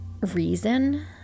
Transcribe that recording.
reason